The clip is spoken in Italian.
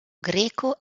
greco